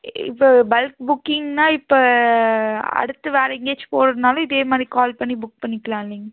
இப்போ பல்க் புக்கிங்னால் இப்போ அடுத்து வேறே எங்கேயாச்சும் போகிறதுனாலும் இதேமாதிரி கால் பண்ணி புக் பண்ணிக்கிலாம் இல்லைங்க